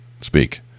speak